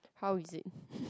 how is it